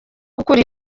gukura